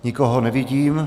Nikoho nevidím.